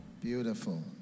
Beautiful